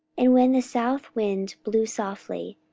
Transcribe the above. and when the south wind blew softly,